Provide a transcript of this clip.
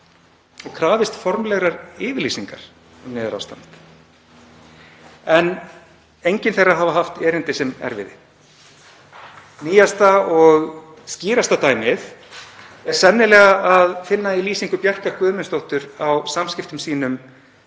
og krafist formlegrar yfirlýsingar þess efnis. Ekkert þeirra hefur haft erindi sem erfiði. Nýjasta og skýrasta dæmið er sennilega að finna í lýsingu Bjarkar Guðmundsdóttur á samskiptum sínum